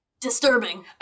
Disturbing